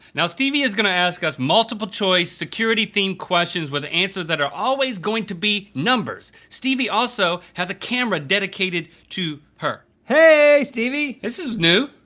now stevie is gonna ask us multiple choice security-themed questions with answers that are always going to be numbers. stevie also has a camera dedicated to her. hey stevie! this is new.